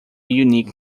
unique